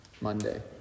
Monday